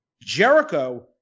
Jericho